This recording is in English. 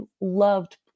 loved